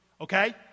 Okay